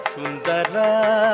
Sundara